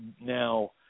now